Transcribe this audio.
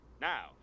Now